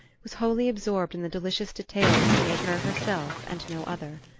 was wholly absorbed in the delicious details that made her herself and no other.